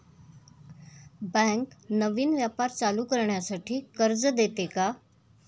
Bank नवीन व्यापार चालू करण्यासाठी कर्ज देते का?